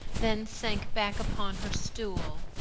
then sank back upon her stool.